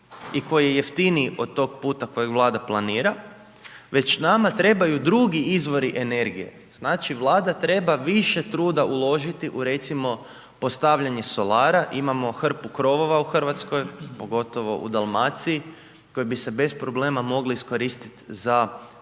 i koji je jeftiniji od tog puta kojeg Vlada planira već nama treba drugi izvori energije. Znači Vlada treba više truda uložiti u recimo postavljanje solara, imamo hrpu krovova u Hrvatskoj, pogotovo u Dalmaciji koji bi se bez problema mogli iskoristi za skupljanje